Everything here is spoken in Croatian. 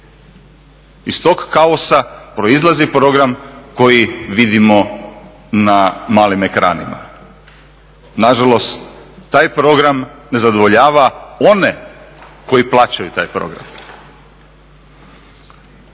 Iz tog kaosa proizlazi program koji vidimo na malim ekranima. Nažalost, taj program ne zadovoljava one koji plaćaju taj program.